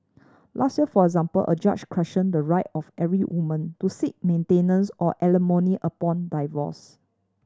last year for example a judge questioned the right of every woman to seek maintenance or alimony upon divorce